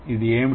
అది ఏమిటి